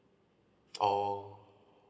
oh